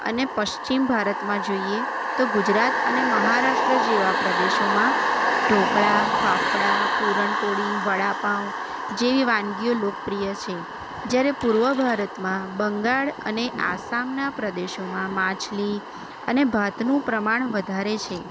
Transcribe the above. અને પશ્ચિમ ભારતમાં જોઈએ તો ગુજરાત અને મહારાસ્ટ્ર જેવા પ્રદેશોમાં ઢોકળા ફાંફળા પૂરણ પોળી વડાપાઉં જેવી વાનગીઓ લોકપ્રિય છે જ્યારે પૂર્વ ભારતમાં બંગાળ અને આસામના પ્રદેશોમાં માછલી અને ભાતનું પ્રમાણ વધારે છે